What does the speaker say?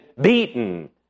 beaten